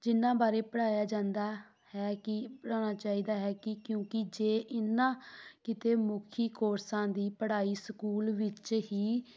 ਜਿਨ੍ਹਾਂ ਬਾਰੇ ਪੜ੍ਹਾਇਆ ਜਾਂਦਾ ਹੈ ਕਿ ਪੜ੍ਹਾਉਣਾ ਚਾਹੀਦਾ ਹੈ ਕਿ ਕਿਉਂਕਿ ਜੇ ਇਹਨਾਂ ਕਿੱਤਾ ਮੁਖੀ ਕੋਰਸਾਂ ਦੀ ਪੜ੍ਹਾਈ ਸਕੂਲ ਵਿੱਚ ਹੀ